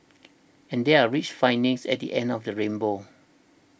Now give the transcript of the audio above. and there are rich findings at the end of the rainbow